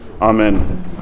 Amen